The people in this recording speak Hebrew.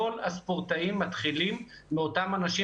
כל הספורטאים מתחילים מאותם אנשים